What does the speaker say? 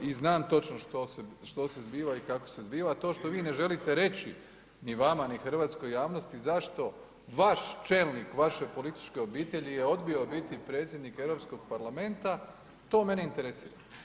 I znam točno što se zbiva i kako se zbiva, to što vi ne želite reći ni vama ni hrvatskoj javnosti zašto vaš čelnik, vaše političke obitelji je odbio biti predsjednik Europskog parlamenta, to me ne interesira.